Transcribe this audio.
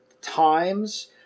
Times